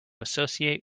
associate